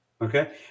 Okay